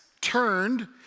turned